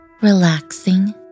relaxing